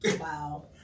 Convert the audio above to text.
Wow